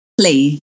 play